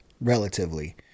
relatively